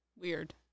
Weird